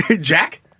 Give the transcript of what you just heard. Jack